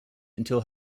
until